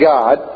God